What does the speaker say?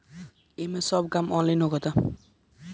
एमे सब काम ऑनलाइन होखता